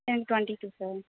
எனக்கு twenty two sir